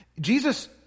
Jesus